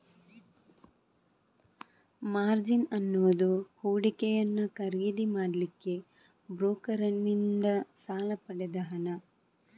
margin ಅನ್ನುದು ಹೂಡಿಕೆಯನ್ನ ಖರೀದಿ ಮಾಡ್ಲಿಕ್ಕೆ ಬ್ರೋಕರನ್ನಿಂದ ಸಾಲ ಪಡೆದ ಹಣ